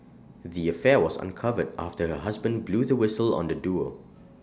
the affair was uncovered after her husband blew the whistle on the duo